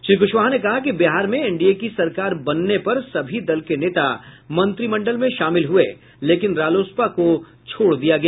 श्री कुशवाहा ने कहा कि बिहार में एनडीए की सरकार बनने पर सभी दल के नेता मंत्रिमंडल में शामिल हुए लेकिन रालोसपा को छोड़ दिया गया